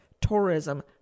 tourism